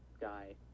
guy